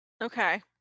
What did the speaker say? okay